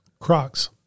Crocs